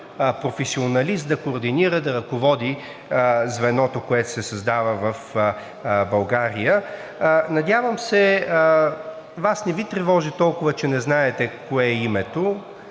професионалист да координира и да ръководи звеното, което се създава в България. Надявам се, Вас не Ви тревожи толкова, че не знаете кое е името.